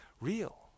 real